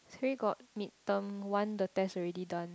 three got mid term one the test already done